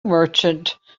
merchant